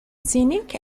scenic